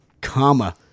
comma